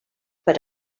per